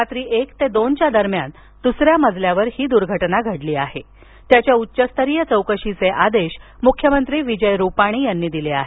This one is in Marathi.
रात्री एक ते दोनच्या दरम्यान दुसऱ्या मजल्यावर ही दुर्घटना घडली असून त्याच्या उच्चस्तरीय चौकशीचे आदेश मुख्यमंत्री विजय रूपाणी यांनी दिले आहेत